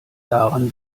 daran